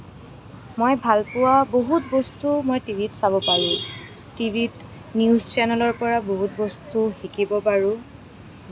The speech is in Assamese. মই ভাল পোৱা বহুত বস্তু মই টিভিত চাব পাৰোঁ টিভিত নিউজ চেনেলৰ পৰা বহুত বস্তু শিকিব পাৰোঁ